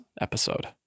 episode